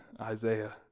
Isaiah